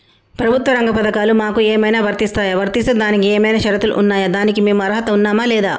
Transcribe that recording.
ప్రభుత్వ రంగ పథకాలు మాకు ఏమైనా వర్తిస్తాయా? వర్తిస్తే దానికి ఏమైనా షరతులు ఉన్నాయా? దానికి మేము అర్హత ఉన్నామా లేదా?